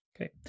Okay